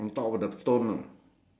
oh ah can also